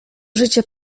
życie